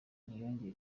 ntiyongeye